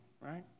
right